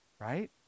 right